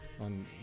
on